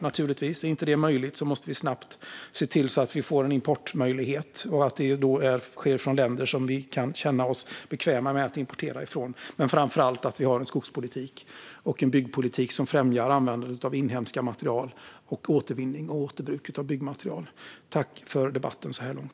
Är detta inte möjligt måste vi snabbt se till att få en importmöjlighet och att importen då sker från länder som vi kan känna oss bekväma med att importera från. Och framför allt måste vi ha en skogspolitik och en byggpolitik som främjar användandet av inhemska material och återvinning och återbruk av byggmaterial. Tack för debatten så här långt!